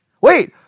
Wait